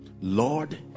lord